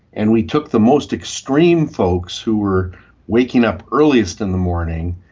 and we took the most extreme folks who were waking up earliest in the morning,